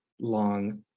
long